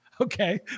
Okay